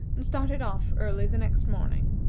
and started off early the next morning.